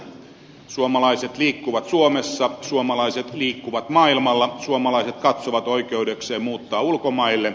suomalaiset liikkuvat suomessa suomalaiset liikkuvat maailmalla suomalaiset katsovat oikeudekseen muuttaa ulkomaille